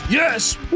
Yes